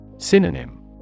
Synonym